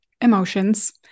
emotions